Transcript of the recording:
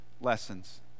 lessons